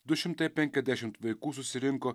du šimtai penkiasdešimt vaikų susirinko